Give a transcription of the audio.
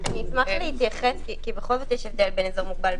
אני אשמח להתייחס כי בכל זאת יש הבדל בין אזור מוגבל.